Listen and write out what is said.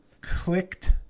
clicked